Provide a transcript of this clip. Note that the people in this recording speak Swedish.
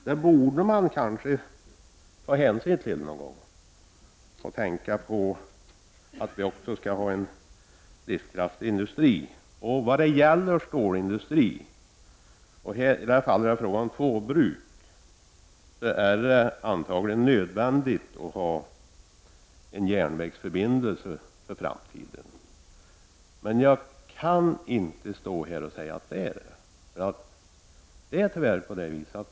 Det finns anledning att ta hänsyn till det och tänka på att vi skall ha en livskraftig stålindustri. I detta fall är det fråga om två bruk, som det antagligen är nödvändigt att ha järnvägsförbindelse med. Jag kan dock inte stå här och säga att det absolut blir nödvändigt.